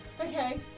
Okay